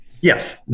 Yes